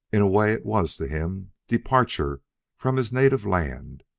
in a way, it was to him departure from his native land,